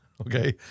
Okay